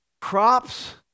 crops